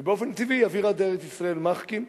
ובאופן טבעי אווירא דארץ-ישראל מחכים,